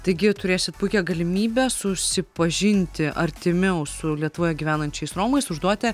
taigi turėsit puikią galimybę susipažinti artimiau su lietuvoje gyvenančiais romais užduoti